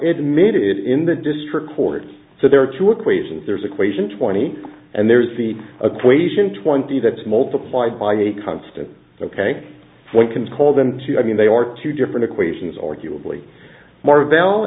admitted in the district court so there are two equations there's equation twenty and there's the a quezon twenty that's multiplied by a constant so one can call them two i mean they are two different equations arguably more va